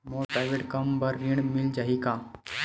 मोर private कम बर ऋण मिल जाही का?